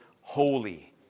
holy